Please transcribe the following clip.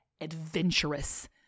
adventurous